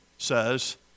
says